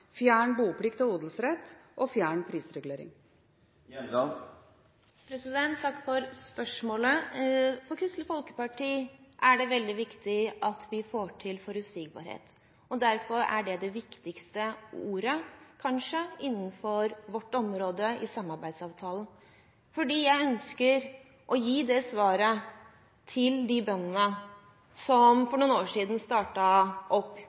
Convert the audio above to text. fjerne boplikt og odelsrett og fjerne prisregulering? Takk for spørsmålet. For Kristelig Folkeparti er det veldig viktig at vi får til forutsigbarhet. Derfor er det det viktigste ordet, kanskje, innenfor vårt område i samarbeidsavtalen. Jeg ønsker å gi det svaret til de bøndene som for noen år siden startet opp